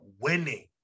winning